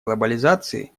глобализации